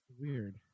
Weird